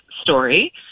story